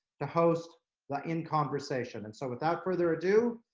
to host the in conversation. and so without further ado,